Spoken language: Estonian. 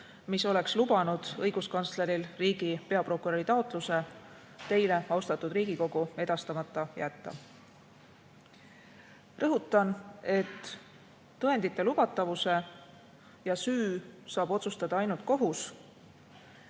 mis oleks lubanud õiguskantsleril riigi peaprokuröri taotluse teile, austatud Riigikogu, edastamata jätta. Rõhutan, et tõendite lubatavuse ja süü saab otsustada ainult kohus.